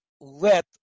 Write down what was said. let